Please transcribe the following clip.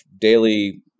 daily